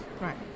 Right